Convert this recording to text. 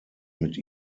mit